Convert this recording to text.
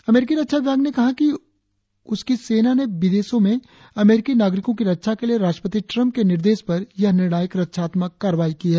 अमरीकी रक्षा विभाग ने कहा है कि उसकी सेना ने विदेशों में अमरीकी नागरिकों की रक्षा के लिए राष्ट्रपति ट्रंप के निर्देश पर यह निर्णायक रक्षात्मक कार्यवाई की है